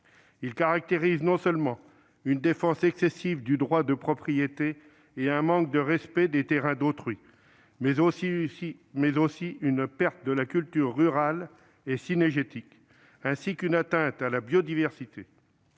Il caractérise non seulement une défense excessive du droit de propriété et un manque de respect des terrains d'autrui, mais aussi une perte de la culture rurale et cynégétique, ainsi qu'une atteinte à la biodiversité.